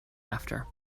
after